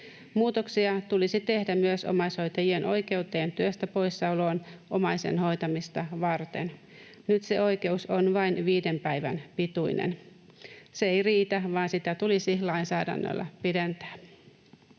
Muutoksia tulisi tehdä myös omaishoitajien oikeuteen työstä poissaoloon omaisen hoitamista varten. Nyt se oikeus on vain viiden päivän pituinen. Se ei riitä, vaan sitä tulisi lainsäädännöllä pidentää.